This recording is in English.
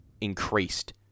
increased